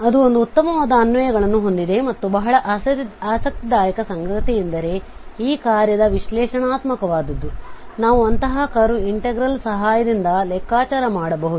ಆದ್ದರಿಂದ ಅದು ಒಂದು ಉತ್ತಮವಾದ ಅನ್ವಯಗಳನ್ನು ಹೊಂದಿದೆ ಮತ್ತು ಬಹಳ ಆಸಕ್ತಿದಾಯಕ ಸಂಗತಿಯೆಂದರೆ ಈ ಕಾರ್ಯದ ವಿಶ್ಲೇಷಣಾತ್ಮಕವಾದದ್ದು ನಾವು ಅಂತಹ ಕರ್ವ್ ಇನ್ಟೆಗ್ರಲ್ ಸಹಾಯದಿಂದ ಲೆಕ್ಕಾಚಾರ ಮಾಡಬಹುದು